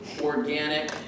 organic